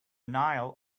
nile